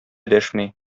дәшми